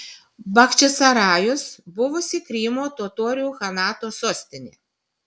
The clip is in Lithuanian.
bachčisarajus buvusi krymo totorių chanato sostinė